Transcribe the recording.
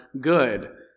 good